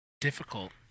difficult